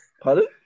Pardon